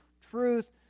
truth